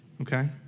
okay